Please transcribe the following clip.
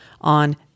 on